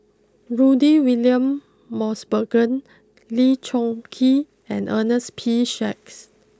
Rudy William Mosbergen Lee Choon Kee and Ernest P Shanks